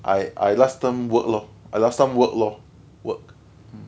I I last term work lor I last time work lor work